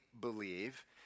believe